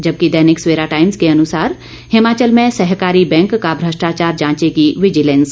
जबकि दैनिक सवेरा टाइम्स के अनुसार हिमाचल में सहकारी बैंक का भ्रष्टाचार जांचेगी विजिलेंस